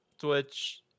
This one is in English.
Twitch